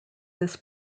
this